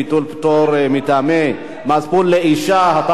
ביטול פטור מטעמי מצפון לאשה),